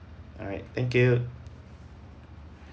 alright thank you